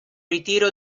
ritiro